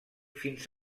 fins